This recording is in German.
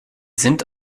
sind